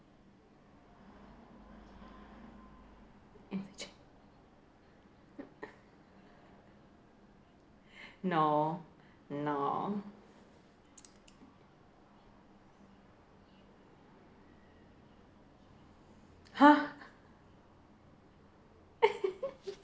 no no !huh!